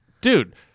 dude